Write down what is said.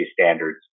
standards